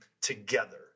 together